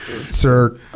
Sir